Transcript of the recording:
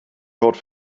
code